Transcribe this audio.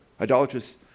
Idolatrous